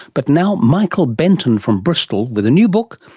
but now michael benton from bristol, with a new book,